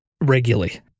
regularly